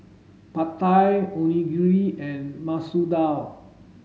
Pad Thai Onigiri and Masoor Dal